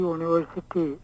University